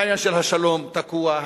העניין של השלום תקוע,